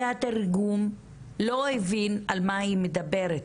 כי התרגום לא הבין על מה היא מדברת.